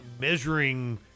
measuring